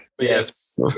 yes